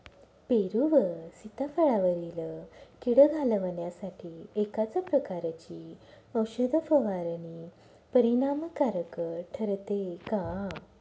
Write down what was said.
पेरू व सीताफळावरील कीड घालवण्यासाठी एकाच प्रकारची औषध फवारणी परिणामकारक ठरते का?